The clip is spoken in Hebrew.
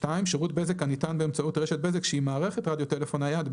(2)שירות בזק הניתן באמצעות רשת בזק שהיא מערכת רדיו טלפון נייד,